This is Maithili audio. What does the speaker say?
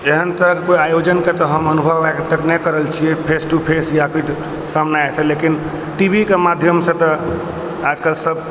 एहन तरह कऽ कोइ आयोजनके तऽ हम अनुभव आइ तक नहि करल छियै फेस टू फेस या सामने सऽ लेकिन टीवीके माध्यम सॅं तऽ आजकल सब